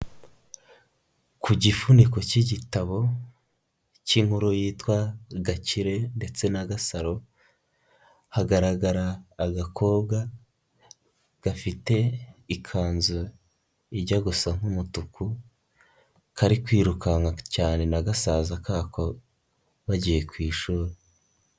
Ku gifuniko k'igitabo k'inkuru yitwa Gakire ndetse na Gasaro hagaragara agakobwa gafite ikanzu ijya gusa nk'umutuku kari kwirukanka cyane na gasaza kako bagiye ku ishuri.